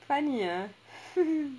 funny ah